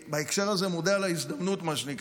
ובהקשר שהזה אני מודה על ההזדמנות שנתתם